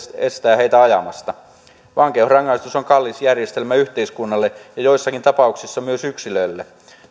estää heitä ajamasta vankeusrangaistus on kallis järjestelmä yhteiskunnalle ja joissakin tapauksissa myös yksilöille